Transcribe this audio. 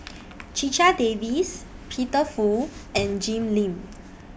Checha Davies Peter Fu and Jim Lim